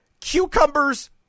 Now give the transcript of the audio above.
cucumbers